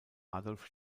adolf